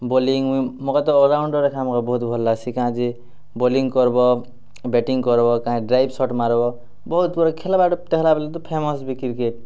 bowling ତ allrounder ଏଖା ମୋର ବହୁତ ଭଲ ଲାଗ୍ସି କାଜେ ବୋଲିଙ୍ଗ୍ କରବ୍ ବ୍ୟାଟିଙ୍ଗ୍ କରବ୍ କାହିଁ ଡ୍ରାଇଭ୍ ସଟ୍ ମାରବ୍ ବହୁତ ପ୍ରକାର ଖେଲ୍ବା ଟେ ବୋଲେ ତ ଫେମସ୍ ବି କ୍ରିକେଟ୍